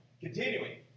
Continuing